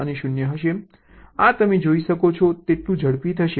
આ તમે જોઈ શકો છો તેટલું ઝડપી થશે